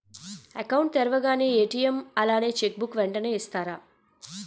Account తెరవగానే ATM అలాగే cheque book వెంటనే ఇస్తారా?